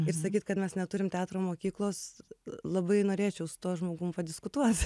ir sakyt kad mes neturim teatro mokyklos labai norėčiau su tuo žmogum padiskutuot